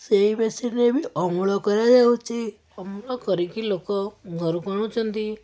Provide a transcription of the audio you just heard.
ସେହି ମେସିନ୍ରେ ବି ଅମଳ କରାଯାଉଛି ଅମଳ କରିକି ଲୋକ ଘରକୁ ଆଣୁଛନ୍ତି